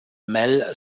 mel